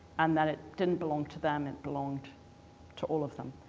and that it didn't belong to them, it belonged to all of them.